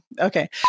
Okay